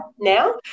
now